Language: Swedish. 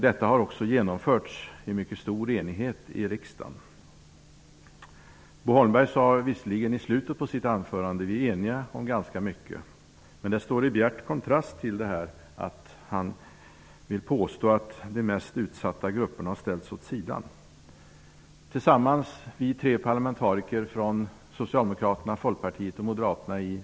Detta har också genomförts med mycket stor enighet i riksdagen. Bo Holmberg sade visserligen i slutet av sitt anförande att vi är eniga om ganska mycket. Men det står i bjärt kontrast till att han vill påstå att de mest utsatta grupperna har ställts åt sidan.